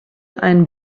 einen